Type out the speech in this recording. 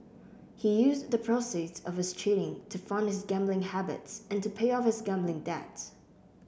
he used the proceeds of his cheating to fund his gambling habits and to pay off his gambling debts